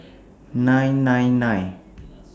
nine nine nine